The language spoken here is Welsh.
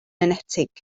enetig